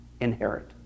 inherit